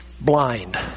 blind